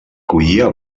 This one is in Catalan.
collia